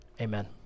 amen